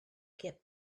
get